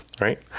right